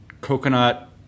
coconut